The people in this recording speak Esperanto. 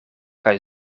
kaj